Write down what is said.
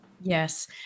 Yes